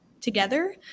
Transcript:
together